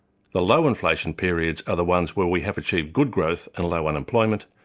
the low inflation periods are the ones where we have achieved good growth and low unemployment,